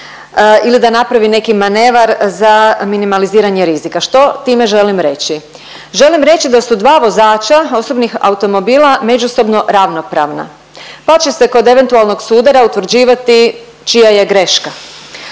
ili da napravi neki manevar za minimaliziranje rizika. Što time želim reći? Želim reći da su dva vozača osobnih automobila međusobno ravnopravna pa će se kod eventualnog sudara utvrđivati čija je greška,